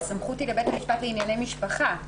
שהסמכות היא לבית המשפט לענייני משפחה.